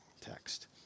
text